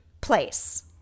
place